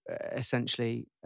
essentially